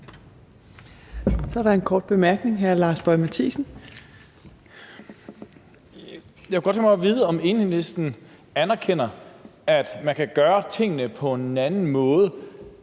Lars Boje Mathiesen. Kl. 18:49 Lars Boje Mathiesen (NB): Jeg kunne godt tænke mig at vide, om Enhedslisten anerkender, at man kan gøre tingene på en anden måde,